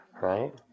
right